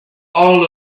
all